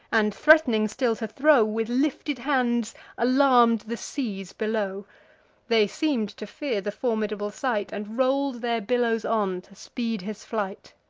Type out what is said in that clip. and, threat'ning still to throw, with lifted hands alarm'd the seas below they seem'd to fear the formidable sight, and roll'd their billows on, to speed his flight.